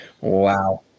wow